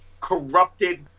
corrupted